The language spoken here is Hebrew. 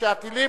כשהטילים